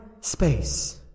space